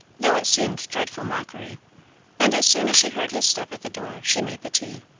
though it seemed dreadful mockery and as soon as she heard his step at the door she made the tea.